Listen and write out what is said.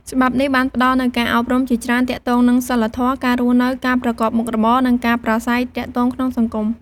ច្បាប់នេះបានផ្ដល់នូវការអប់រំជាច្រើនទាក់ទងនឹងសីលធម៌ ការរស់នៅ ការប្រកបមុខរបរ និងការប្រាស្រ័យទាក់ទងក្នុងសង្គម។